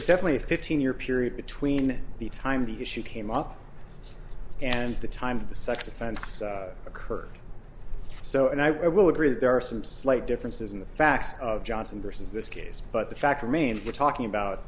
was definitely a fifteen year period between the time the issue came up and the time for the sex offense occurred so and i will agree that there are some slight differences in the facts of johnson versus this case but the fact remains we're talking about